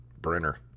Brenner